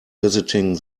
visiting